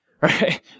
Right